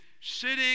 sitting